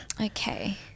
Okay